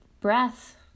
breath